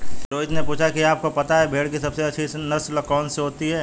रोहित ने पूछा कि आप को पता है भेड़ की सबसे अच्छी नस्ल कौन सी होती है?